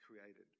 created